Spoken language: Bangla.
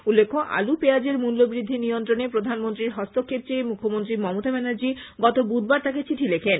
উল্লেখ্য আলু পেঁয়াজের মূল্য বৃদ্ধি নিয়ন্ত্রণে প্রধানমন্ত্রীর হস্তক্ষেপ চেয়ে মুখ্যমন্ত্রী মমতা ব্যানার্জী গত বুধবার তাঁকে চিঠি লিখেন